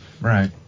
Right